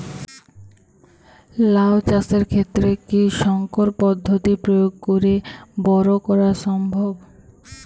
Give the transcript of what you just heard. লাও চাষের ক্ষেত্রে কি সংকর পদ্ধতি প্রয়োগ করে বরো করা সম্ভব?